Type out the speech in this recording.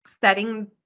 setting